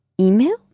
email